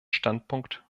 standpunkt